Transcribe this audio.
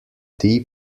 deep